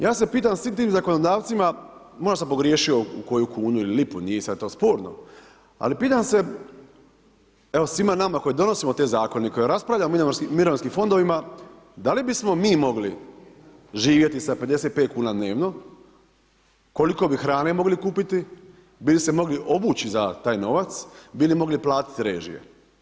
Ja se pitam svim tim zakonodavcima, možda sam pogriješio u koju kunu ili lipu, nije sada to sporno, ali pitam se, evo svima nama koji donosimo te zakone i koji raspravljamo o mirovinskim fondovima da li bismo mi mogli živjeti sa 55 kuna dnevno, koliko bi hrane mogli kupiti, bi li se mogli obući za taj novac, bi li mogli platiti režije?